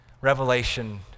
Revelation